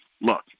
look